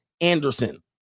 Anderson